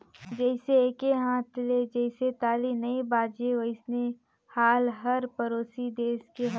जइसे एके हाथ ले जइसे ताली नइ बाजे वइसने हाल हर परोसी देस के हवे